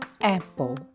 apple